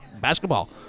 basketball